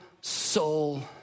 soul